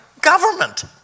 government